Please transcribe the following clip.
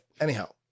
Anyhow